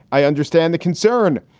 i understand the concern.